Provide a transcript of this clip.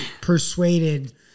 persuaded